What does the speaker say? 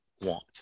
want